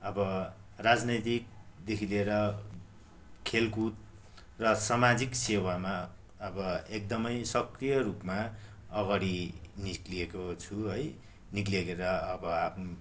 अब राजनैतिकदेखि लिएर खेलकुद र सामाजिक सेवामा अब एकदमै सक्रिय रूपमा अगाडि निक्लिएको छु है निक्लिएर अब आफू